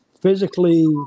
Physically